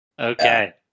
okay